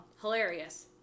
Hilarious